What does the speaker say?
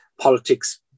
politics